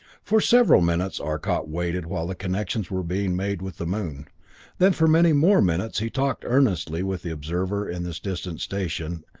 for several minutes arcot waited while connections were being made with the moon then for many more minutes he talked earnestly with the observer in this distant station,